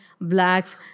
blacks